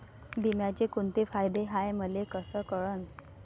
बिम्याचे कुंते फायदे हाय मले कस कळन?